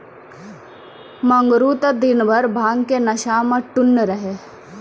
मंगरू त दिनभर भांग के नशा मॅ टुन्न रहै